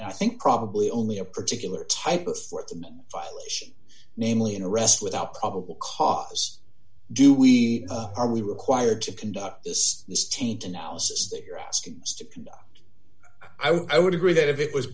i think probably only a particular type of sport violation namely an arrest without probable cause do we are we required to conduct this taint analysis that you're asking us to i would agree that if it was